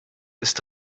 ist